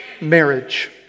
marriage